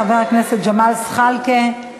חבר הכנסת ג'מאל זחאלקה,